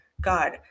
God